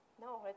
No